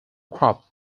crop